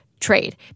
trade